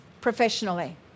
professionally